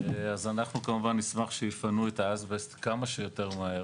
אז אנחנו כמובן נשמח שיפנו את האסבסט כמה שיותר מהר.